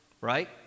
right